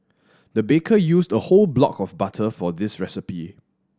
the baker used a whole block of butter for this recipe